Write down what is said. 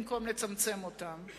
במקום לצמצם אותם.